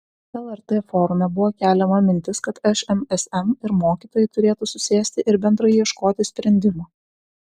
lrt forume buvo keliama mintis kad šmsm ir mokytojai turėtų susėsti ir bendrai ieškoti sprendimų